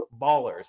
ballers